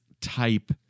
type